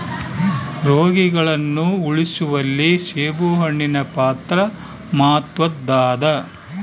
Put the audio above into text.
ರೋಗಿಗಳನ್ನು ಉಳಿಸುವಲ್ಲಿ ಸೇಬುಹಣ್ಣಿನ ಪಾತ್ರ ಮಾತ್ವದ್ದಾದ